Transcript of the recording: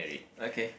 okay